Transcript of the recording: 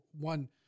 one